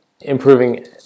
improving